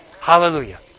Hallelujah